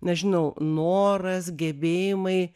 nežinau noras gebėjimai